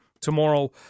tomorrow